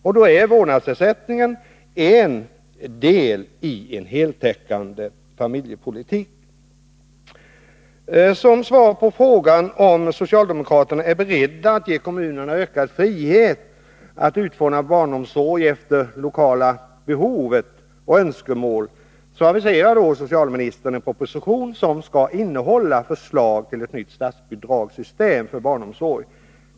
Och då är vårdnadsersättningen en del av en heltäckande familjepolitik. Som svar på frågan, om socialdemokraterna är beredda att ge kommunerna ökad frihet att utforma barnomsorgen efter lokala behov och önskemål, aviserar socialministern en proposition som skall innehålla förslag till ett nytt statsbidrag för barnomsorgen.